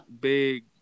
big